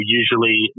usually